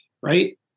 right